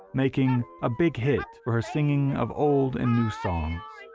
making a big hit for her singing of old and new songs.